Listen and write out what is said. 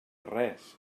res